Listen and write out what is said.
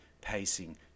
pacing